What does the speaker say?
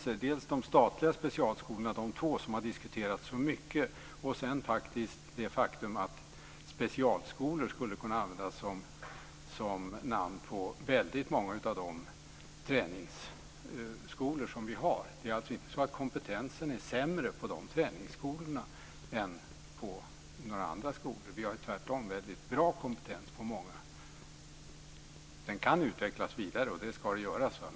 Det är dels de statliga specialskolorna, dvs. de två som har diskuterats så mycket. Det är dels de väldigt många träningsskolor som finns och som man skulle kunna använda namnet specialskolor på. Det är alltså inte så att kompetensen är sämre på de träningsskolorna än på några andra skolor, utan det finns tvärtom en väldigt bra kompetens på många skolor. Den kan utvecklas vidare, och det ska göras.